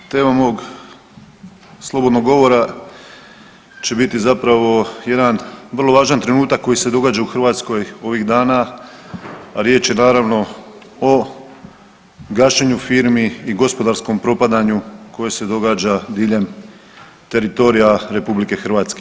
Tema mog slobodnog govora će biti zapravo jedan vrlo važan trenutak koji se događa u Hrvatskoj ovih dana a riječ je naravno o gašenju firmi i gospodarskom propadanju koje se događa diljem teritorija RH.